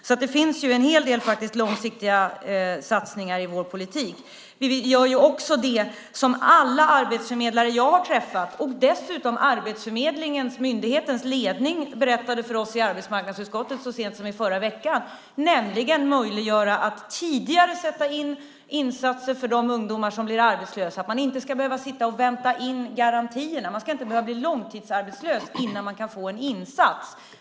Så det finns en hel del långsiktiga satsningar i vår politik. Vi gör också det som alla arbetsförmedlare jag har träffat vill och dessutom Arbetsförmedlingens, myndighetens, ledning berättade för oss om i arbetsmarknadsutskottet så sent som i förra veckan, nämligen att man gör det möjligt att tidigare sätta in insatser för de ungdomar som blir arbetslösa. De ska inte behöva sitta och vänta in garantierna. De ska inte behöva bli långtidsarbetslösa innan de kan få en insats.